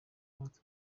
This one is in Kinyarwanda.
amatwi